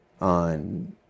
on